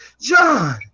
John